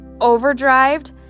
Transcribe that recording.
overdrived